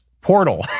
portal